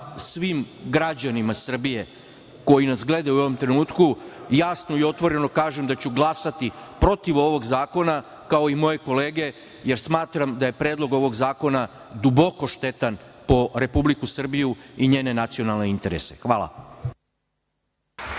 svim građanima Srbije koji nas gledaju u ovom trenutku jasno i otvoreno kažem da ću glasati protiv ovog zakona, kao i moje kolege, jer smatram da je Predlog ovog zakona duboko štetan po Republiku Srbiju i njene nacionalne interese. Hvala.